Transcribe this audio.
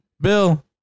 Bill